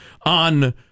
on